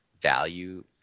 value